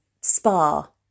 spa